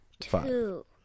two